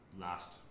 last